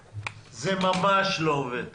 זה ממש לא עובד טוב,